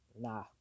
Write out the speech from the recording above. Nah